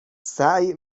سعی